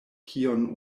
kion